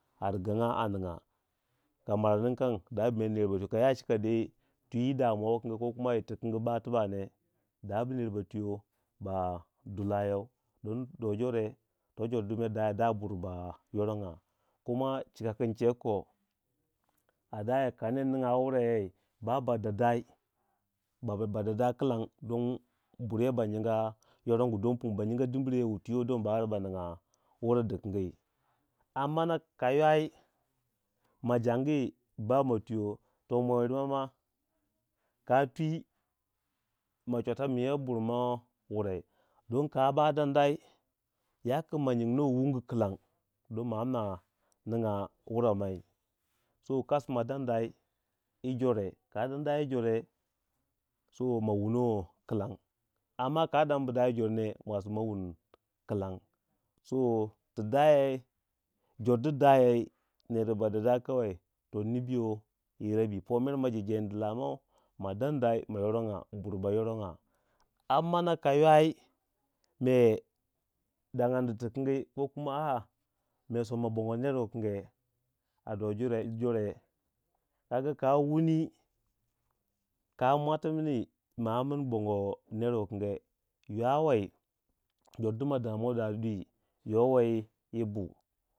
A riganga a ningya ka marau ning kam dabu mer ner ba twiyo ka yo chika twi twi damuwa wu kange kokuma yirtu kangi ba tibak ne dabu ner ba du layou ding do jore to jor du daya bur ba yorangya kuma chika ku nchegu ko a daya ka nerr ningya wura yei ba ba danda kilang ding buryai ba nyinga yorongu don pung ba nyingo dimire wutwi wei dong ba ura ba ningya wure dukangi ammana kaywayi ma jangu ba ma tuyo to mo yir mei ma ka twi ma chwata man yo burmai wurei ding ka bama dandayi ya ku ma nyinu wei wungu kilang don ma amna ningya wura mai so kasima dande yi jore ka danda yi jore so ma wuni wei kilaing amma ka dambdai yi jorne mwasi ma wun kilang tu da yei jor du dayai ner ba danda kawai jor nibiyo yi rabi po mere ma jee- jeendi la mou ma dandau ma yorogya bu ba yoronngya ammana ka ywayi mai dangandi tu kangi kokuma a a me sommabongo ner wu kange a do jore kaga ka wuni ka mwati mini bongo ner wu kange a do jore kaga ka wuni ka mwatimina bogo ner wu kange yowei jor di ma dadddo dai dwi yowei yi bu.